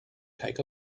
take